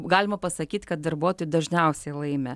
galima pasakyt kad darbuotojai dažniausiai laimi